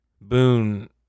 Boone